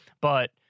but-